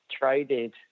traded